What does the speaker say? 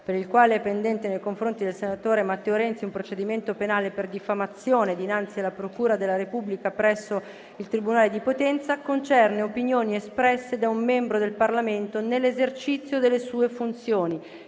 per il quale è pendente nei confronti del senatore Matteo Renzi un procedimento penale per diffamazione dinanzi alla procura della Repubblica presso il tribunale di Potenza, concerne opinioni espresse da un membro del Parlamento nell'esercizio delle sue funzioni